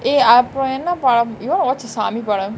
eh அப்ரோ என்ன படம்:apro enna padam you want uh watches சாமி படம்:saami padam